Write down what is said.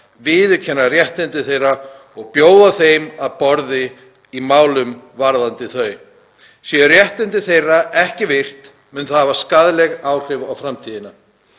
viðurkenna réttindi þeirra og bjóða þeim að borði í málum varðandi þau. Séu réttindi þeirra ekki virt mun það hafa skaðleg áhrif á framtíðina.